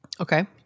Okay